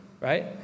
right